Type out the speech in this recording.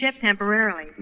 temporarily